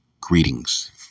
greetings